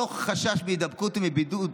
תוך חשש מהידבקות ומבידוד.